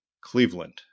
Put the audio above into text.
Cleveland